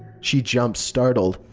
she jumped, startled.